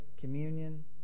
communion